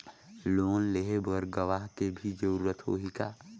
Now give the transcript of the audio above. Loan लेहे बर गवाह के भी जरूरत होही का?